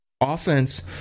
offense